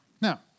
Now